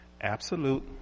Absolute